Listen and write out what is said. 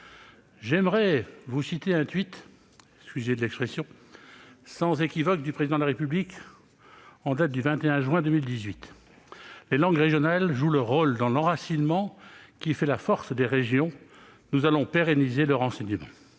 J'aimerais vous citer un- excusez l'expression ! -sans équivoque du président de la République, en date du 21 juin 2018 :« Les langues régionales jouent leur rôle dans l'enracinement qui fait la force des régions. Nous allons pérenniser leur enseignement.